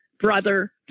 brother